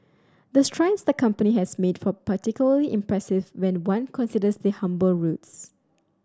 the strides the company has made for particularly impressive when one considers their humble roots